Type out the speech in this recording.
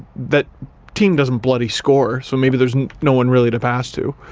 that team doesn't bloody score. so maybe there's no one really to pass to.